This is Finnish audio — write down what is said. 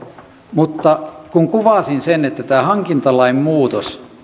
mutta kun kuvasin sen että tämä hankintalain muutos